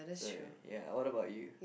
so ya what about you